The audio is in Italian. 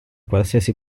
qualsiasi